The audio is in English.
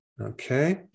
Okay